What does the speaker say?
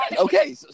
Okay